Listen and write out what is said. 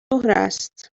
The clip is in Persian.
است